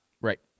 Right